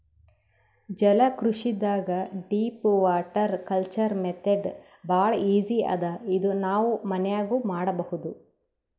ಜಲಕೃಷಿದಾಗ್ deep water culture method ಭಾಳ್ easy ಅದಾ ಇದು ನಾವ್ ಮನ್ಯಾಗ್ನೂ ಮಾಡಬಹುದ್